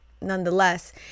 nonetheless